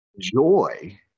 Joy